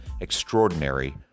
extraordinary